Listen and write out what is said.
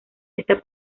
esta